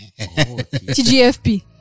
TGFP